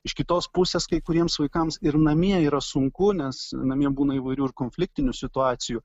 iš kitos pusės kai kuriems vaikams ir namie yra sunku nes namie būna įvairių konfliktinių situacijų